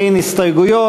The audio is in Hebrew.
אין הסתייגויות.